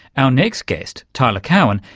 our next guest, tyler cowen,